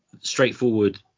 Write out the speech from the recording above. straightforward